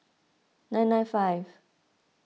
nine nine five